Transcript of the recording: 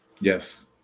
Yes